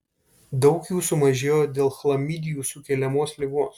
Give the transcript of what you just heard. daug jų sumažėjo dėl chlamidijų sukeliamos ligos